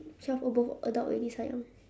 twelve above adult already sayang